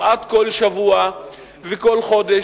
כמעט כל שבוע וכל חודש,